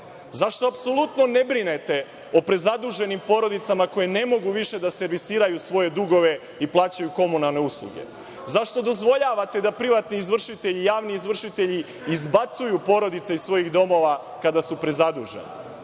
Zašto apsolutno ne brinete o prezaduženim porodicama koje ne mogu više da servisiraju svoje dugove i plaćaju komunalne usluge? Zašto dozvoljavate da privatni izvršitelji i javni izvršitelji izbacuju porodice iz svojih domova kada su prezaduženi?